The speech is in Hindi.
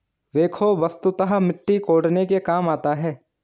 बेक्हो वस्तुतः मिट्टी कोड़ने के काम आता है